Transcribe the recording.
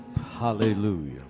hallelujah